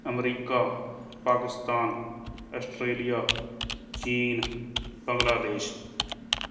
America Pakistan Australia China Bangladesh